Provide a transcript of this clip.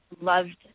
loved